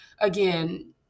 again